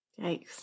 Yikes